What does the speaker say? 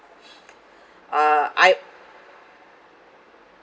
uh I